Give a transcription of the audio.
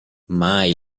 mai